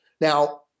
Now